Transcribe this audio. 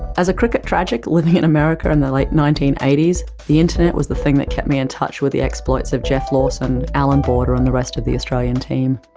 as a cricket tragic living in america in and the late nineteen eighty s, the internet was the thing that kept me in touch with the exploits of geoff lawson, allan border and the rest of the australian team.